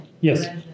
Yes